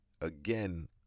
again